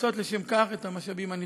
להקצות לשם כך את המשאבים הנדרשים.